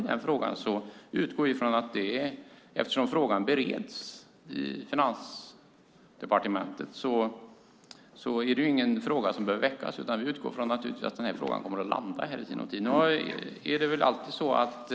Vi utgår från att den i sinom tid kommer att landa i riksdagen. Man prioriterar alltid olika frågor. Som finansministern sagt kommer frågan att komma fram. När det gäller motståndet mot ett svenskt internationellt register vill jag uppmana oppositionen att vänta på resultatet. Man behöver ju inte måla vissa potentater på väggen.